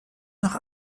noch